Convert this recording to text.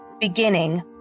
beginning